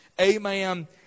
amen